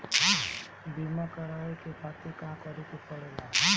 बीमा करेवाए के खातिर का करे के पड़ेला?